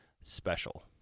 special